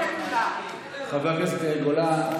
חבר הכנסת יאיר גולן,